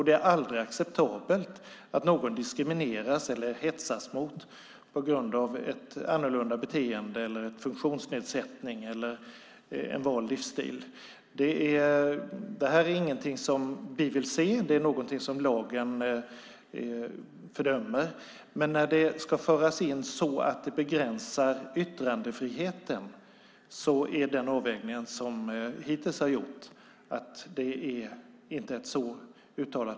Det är aldrig acceptabelt att någon diskrimineras eller hetsas mot på grund av ett annorlunda beteende, en funktionsnedsättning eller en vald livsstil. Det är inte något som vi vill se. Det är något som lagen fördömer. När det gäller att det ska föras in så att det begränsar yttrandefriheten har vi hittills gjort avvägningen att problemet inte är så uttalat.